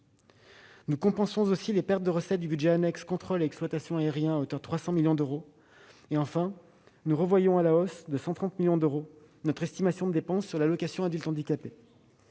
Nous compensons les pertes de recettes du budget annexe « Contrôle et exploitation aériens » à hauteur de 300 millions d'euros et nous revoyons à la hausse, de 130 millions d'euros, notre estimation de dépense de l'allocation aux adultes handicapés